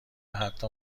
حتی